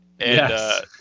Yes